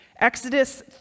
Exodus